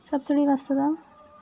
Subsidy వస్తదా?